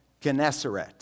Gennesaret